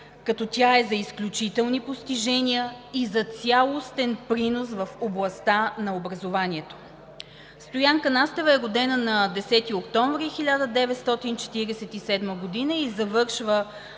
като тя е за изключителни постижения и за цялостен принос в областта на образованието. Стоянка Настева е родена на 10 октомври 1947 г. и завършва